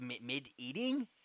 mid-eating